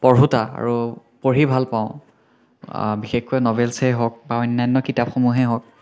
পঢ়োতা আৰু পঢ়ি ভাল পাওঁ বিশেষকৈ নভেলচে্ই হওক বা অনান্য কিতাপসমূহেই হওক